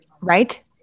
right